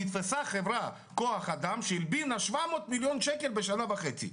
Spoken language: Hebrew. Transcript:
נתפסה חברת כוח אדם שהלבינה 700 מיליון שקל בשנה וחצי.